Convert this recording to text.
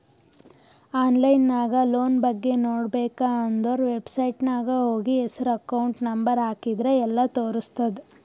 online ನಾಗ್ loan ಬಗ್ಗೆ ನೋಡ್ಬೇಕ ಅಂದುರ್ ವೆಬ್ಸೈಟ್ನಾಗ್ ಹೋಗಿ ಹೆಸ್ರು ಅಕೌಂಟ್ ನಂಬರ್ ಹಾಕಿದ್ರ ಎಲ್ಲಾ ತೋರುಸ್ತುದ್